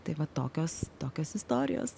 tai va tokios tokios istorijos